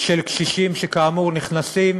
הם כאמור נכנסים